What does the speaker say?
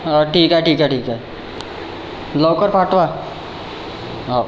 हा ठीक आहे ठीक आहे ठीक आहे लवकर पाठवा हो